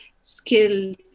skill